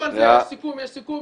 אם על זה יש סיכום אז יש סיכום,